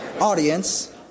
audience